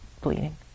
bleeding